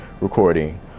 recording